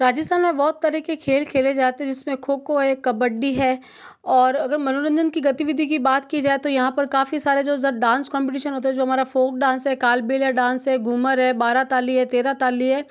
राजस्थान में बहुत तरह के खेल खेले जाते हैं जैसे खो खो है कबड्डी है और अगर मनोरंजन की गतिविधि की बात की जाए तो यहाँ पर काफ़ी सारे डांस कम्पटीशन होता है जो हमारा फ़ोक डांस है कालबेलिया डांस है घूमर है बारह ताली है तेरह ताली है